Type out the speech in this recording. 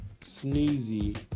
sneezy